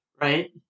right